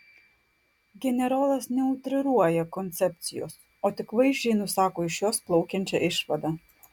generolas neutriruoja koncepcijos o tik vaizdžiai nusako iš jos plaukiančią išvadą